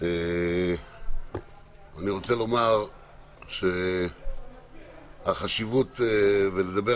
אני רוצה לומר שיש חשיבות רבה